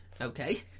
Okay